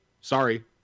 sorry